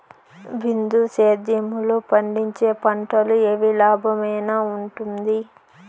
బిందు సేద్యము లో పండించే పంటలు ఏవి లాభమేనా వుంటుంది?